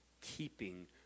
keeping